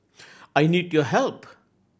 I need your help